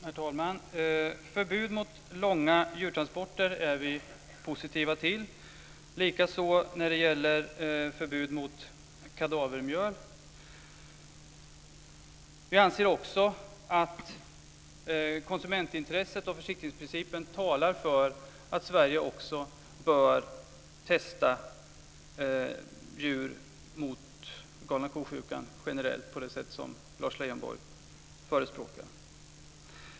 Herr talman! Vi är positiva till förbud mot långa djurtransporter. Det gäller likaså förbud mot kadavermjöl. Vi anser också att konsumentintresset och försiktighetsprincipen talar för att Sverige också bör testa djur mot galna ko-sjukan generellt på det sätt som Lars Leijonborg förespråkar.